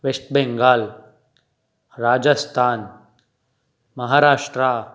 west Bengal Rajasthan Maharashtra